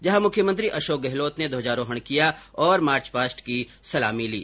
जहाँ मुख्यमंत्री अशोक गहलोत ने ध्वजारोहण किया और मार्च पास्ट की सलामी ली